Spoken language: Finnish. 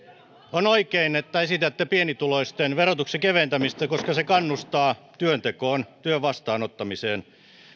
on oikein että esitätte pienituloisten verotuksen keventämistä koska se kannustaa työntekoon työn vastaanottamiseen